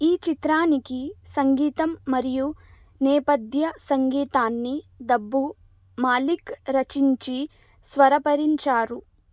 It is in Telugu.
ఈ చిత్రానికి సంగీతం మరియు నేపథ్య సంగీతాన్ని దబ్బు మాలిక్ రచించి స్వరపరిచారు